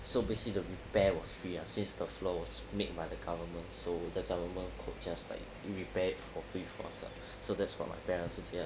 so basically the repair was free ah since the floor was made by the government so the government could just like repair it for free for us uh so that's what my parents hear